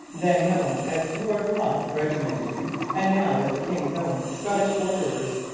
then known as lord rothes' regiment and now as the king's own scottish borderers.